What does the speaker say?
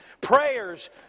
Prayers